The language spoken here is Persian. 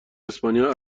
اسپانیا